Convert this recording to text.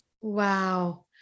Wow